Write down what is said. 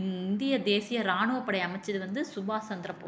இந்திய தேசிய ராணுவப் படை அமைச்சது வந்து சுபாஷ் சந்திரபோஸ்